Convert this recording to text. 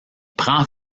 prend